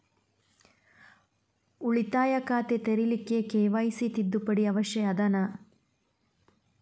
ಉಳಿತಾಯ ಖಾತೆ ತೆರಿಲಿಕ್ಕೆ ಕೆ.ವೈ.ಸಿ ತಿದ್ದುಪಡಿ ಅವಶ್ಯ ಅದನಾ?